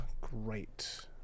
great